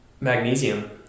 magnesium